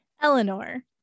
Eleanor